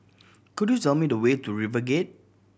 could you tell me the way to RiverGate